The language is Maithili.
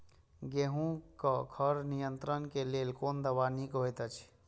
गेहूँ क खर नियंत्रण क लेल कोन दवा निक होयत अछि?